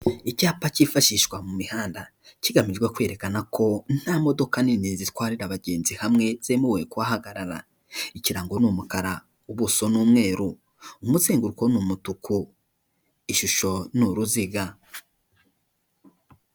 Icyapa kifashishwa mu mihanda kigamijwe kwerekana ko nta modoka nini zitwarira abagenzi hamwe zemewe kuhagarara. Ikirango ni umukara ubuso ni umweru umusenguruko ni umutuku ishusho ni uruziga.